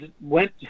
went